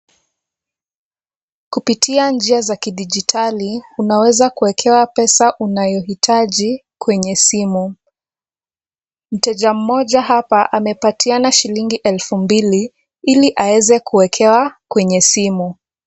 Kupitia njia za kidijitali, unaweza kuwekewa pesa unayohitaji kwenye simu. Mteja mmoja hapa amepatiana shilingi elfu mbili ili aweze kuwekewa kwenye simu.